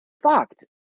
fucked